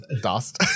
dust